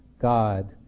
God